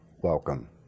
welcome